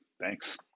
Thanks